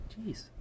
Jeez